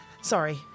sorry